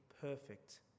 perfect